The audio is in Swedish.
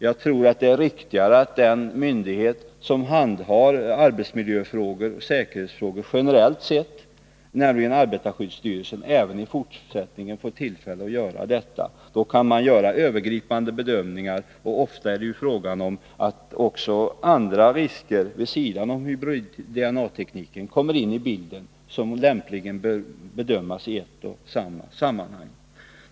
Jag tror att det är riktigare att den myndighet som handhar arbetsmiljöfrågor och säkerhetspolitiska frågor generellt sett, nämligen arbetarskyddsstyrelsen, även i fortsättningen får tillfälle att göra detta. Då kan man göra övergripande bedömningar. Ofta är det ju också andra risker vid sidan av hybrid-DNA-teknik som kommer in i bilden och som lämpligen bör bedömas i ett sammanhang.